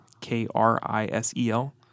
K-R-I-S-E-L